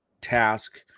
Task